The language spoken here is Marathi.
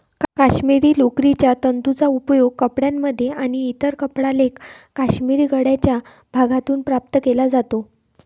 काश्मिरी लोकरीच्या तंतूंचा उपयोग कपड्यांमध्ये आणि इतर कपडा लेख काश्मिरी गळ्याच्या भागातून प्राप्त केला जातो